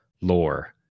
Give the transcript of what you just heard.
lore